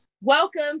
Welcome